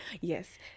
yes